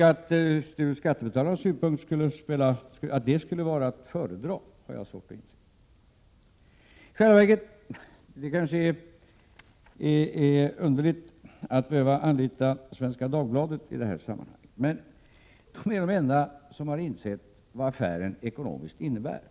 Att detta ur skattebetalarnas synpunkt skulle vara att föredra har jag svårt att inse. Det kanske verkar underligt att jag behöver anlita Svenska Dagbladet i det här sammanhanget, men det är i själva verket den enda tidning som har insett vad affären ekonomiskt innebär.